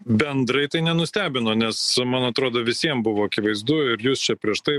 bendrai tai nenustebino nes man atrodo visiem buvo akivaizdu ir jūs čia prieš tai